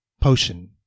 potion